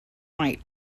might